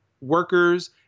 workers